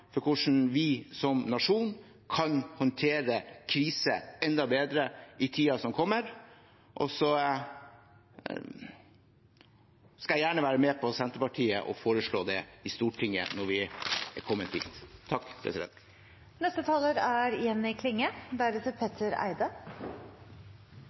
hvordan vi som nasjon kan håndtere kriser enda bedre i tiden som kommer. Så skal jeg gjerne være med Senterpartiet på å foreslå det i Stortinget når vi er kommet dit.